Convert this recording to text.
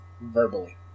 verbally